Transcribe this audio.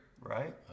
right